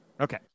Okay